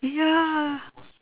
ya